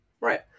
right